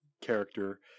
character